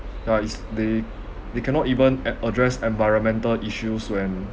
yeah it's they they cannot even a~ address environmental issues when